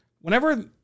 Whenever